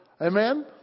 Amen